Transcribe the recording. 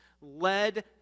led